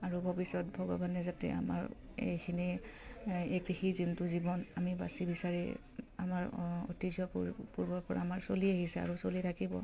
আৰু ভৱিষ্যত ভগৱানে যাতে আমাৰ এইখিনি এই কৃষি যোনটো জীৱন আমি বাচি বিচাৰি আমাৰ ঐতিহ্য পূৰ্বৰ পৰা আমাৰ চলি আহিছে আৰু চলি থাকিব